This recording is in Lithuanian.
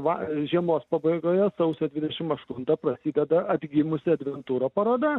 va žiemos pabaigoje sausio dvidešim aštuntą prasideda atgimusi turo paroda